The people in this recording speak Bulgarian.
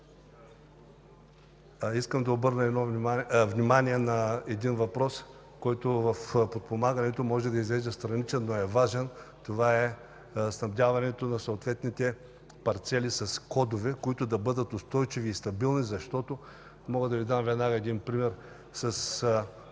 Искам да обърна внимание на един въпрос, който в подпомагането може да изглежда страничен, но е важен – за снабдяването на съответните парцели с кодове, които да бъдат устойчиви и стабилни. Мога да Ви дам веднага пример с